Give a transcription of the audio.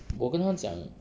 我跟他讲